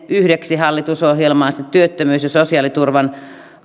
yhdeksi kärkihankkeekseen hallitusohjelmaansa työttömyys ja sosiaaliturvan